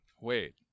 Wait